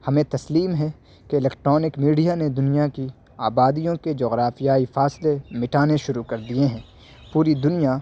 ہمیں تسلیم ہے کہ الیکٹرانک میڈیا نے دنیا کی آبادیوں کے جغرافیائی فاصلے مٹانے شروع کر دیے ہیں پوری دنیا